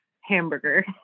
hamburger